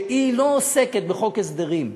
שהיא לא עוסקת בחוק הסדרים,